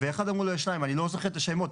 אני לא זוכר את השמות,